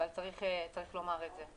אבל צריך להזכיר גם אותם.